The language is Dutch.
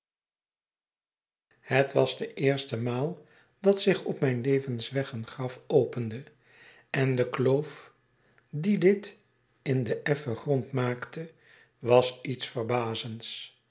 het was de eerste maal dat zich op mijn levensweg een graf opende en de kloof die dit in den effen grond maakte was iets verbazends